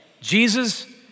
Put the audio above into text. Jesus